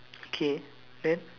okay then